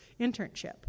internship